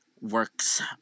Works